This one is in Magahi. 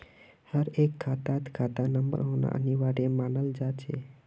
हर एक खातात खाता नंबर होना अनिवार्य मानाल जा छे